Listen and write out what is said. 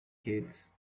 kids